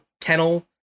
kennel